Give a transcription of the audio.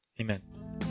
Amen